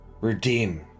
Redeem